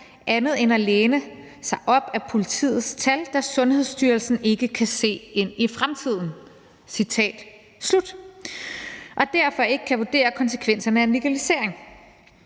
andet end at læne sig op ad politiets tal, da Sundhedsstyrelsen ikke kan se ind i fremtiden. Citat slut. Derfor kunne man ikke vurdere konsekvenserne af en legalisering.